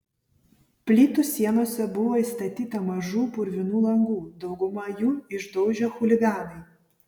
plytų sienose buvo įstatyta mažų purvinų langų daugumą jų išdaužė chuliganai